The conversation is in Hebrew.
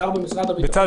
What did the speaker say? שר במשרד הביטחון,